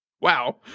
Wow